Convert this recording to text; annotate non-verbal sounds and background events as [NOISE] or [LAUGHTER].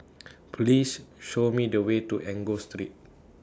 [NOISE] Please Show Me The Way to Enggor Street